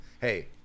hey